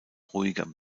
ruhiger